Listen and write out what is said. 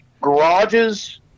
garages